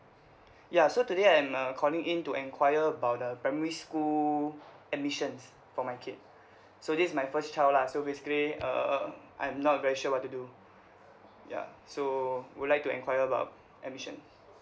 ya so today and I'm uh calling in to enquire about the primary school admissions for my kid so this is my first child lah so basically err I'm not very sure what to do ya so would like to enquire about admission